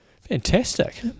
Fantastic